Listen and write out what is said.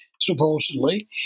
supposedly